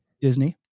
Disney